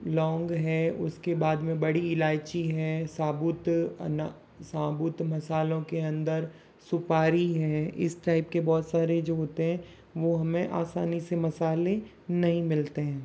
लौंग है उसके बाद में बड़ी इलाइची है साबुत अना साबुत मसालों के अंदर सुपारी है इस टाइप के बहुत सारे जो होते हैं वो हमें आसानी से मसाले नहीं मिलते हैं